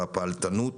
והפעלתנות